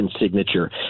signature